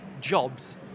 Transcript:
jobs